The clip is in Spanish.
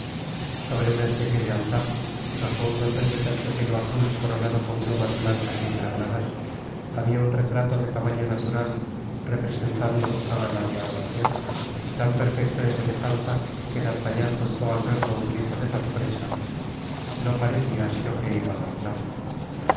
sobre una especie de altar y bajo un dosel de terciopelo azul coronado con plumas blancas y encarnadas habia un retrato de tamaño natural representando á ana de austria y tan perfecto en semejanza que d'artagnan soltó al verlo un grito de sorpresa no parecía sino que iba á hablar